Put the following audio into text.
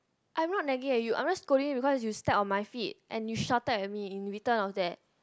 I'm not nagging at you I'm just scolding you because you step on my feet and you shouted at me in return of that